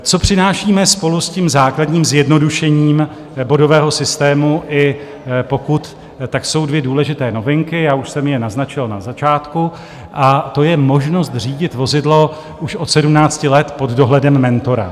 Co přinášíme spolu se základním zjednodušením bodového systému i pokut, jsou dvě důležité novinky, já už jsem je naznačil na začátku, a to je možnost řídit vozidlo už od sedmnácti let pod dohledem mentora.